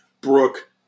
Brooke